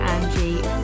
Angie